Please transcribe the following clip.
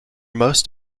most